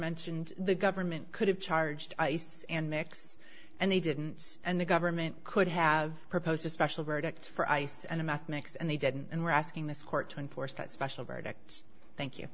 mentioned the government could have charged ice and mix and they didn't and the government could have proposed a special verdict for ice and mathematics and they didn't and we're asking this court to enforce that special verdict thank you